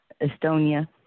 Estonia